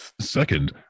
second